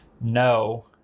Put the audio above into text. No